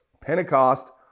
Pentecost